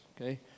okay